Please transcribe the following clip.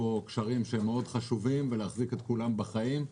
קשרים מאוד חשובים ולהחזיק אותם בחיים.